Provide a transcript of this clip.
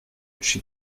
she